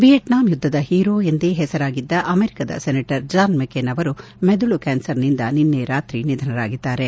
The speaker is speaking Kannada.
ವಿಯೆಟ್ನಾಂ ಯುದ್ದದ ಹೀರೊ ಎಂದೇ ಹೆಸರಾಗಿದ್ದ ಅಮೆರಿಕದ ಸೆನೆಟರ್ ಜಾನ್ ಮೆಕೇನ್ ಅವರು ಮೆದುಳು ಕ್ಲಾನ್ಸರ್ನಿಂದ ನಿನ್ನೆ ರಾತ್ರಿ ನಿಧನರಾಗಿದ್ದಾರೆ